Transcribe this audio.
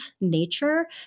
nature